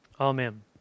Amen